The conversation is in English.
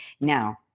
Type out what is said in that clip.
now